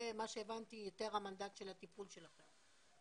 זה מה שהבנתי, יותר המנדט של הטיפול שלכם.